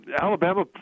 Alabama